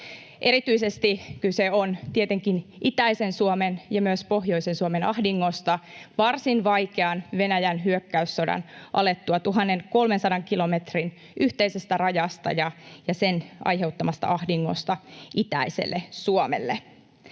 Erityisesti kyse on tietenkin itäisen Suomen ja myös pohjoisen Suomen ahdingosta varsin vaikean Venäjän hyökkäyssodan alettua, 1 300 kilometrin yhteisestä rajasta ja sen aiheuttamasta ahdingosta itäiselle Suomelle.